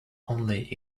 only